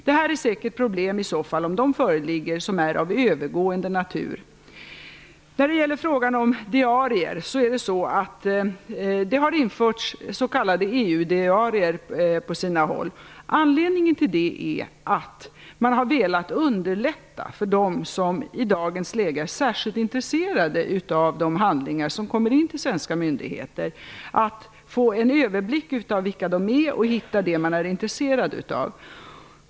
Det här är säkert problem som, om de föreligger, är av övergående natur. Det har införts s.k. EU-diarier på sina håll. Anledningen till det är att man har velat underlätta för dem som i dagens läge är särskilt intresserade av att få en överblick över de handlingar som kommer in till svenska myndigheter och att hitta det man är intresserad av.